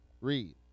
Read